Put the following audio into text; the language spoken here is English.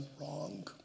wrong